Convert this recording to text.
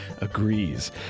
agrees